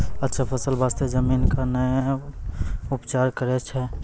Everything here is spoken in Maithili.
अच्छा फसल बास्ते जमीन कऽ कै ना उपचार करैय छै